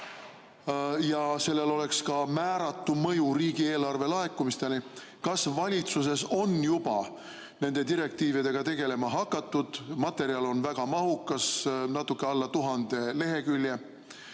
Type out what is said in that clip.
ja sellel oleks ka määratu mõju riigieelarve laekumistele, kas valitsuses on juba nende direktiividega tegelema hakatud? Materjal on väga mahukas, natuke alla 1000 lehekülje.